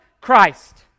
Christ